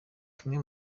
tumwe